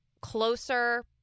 closer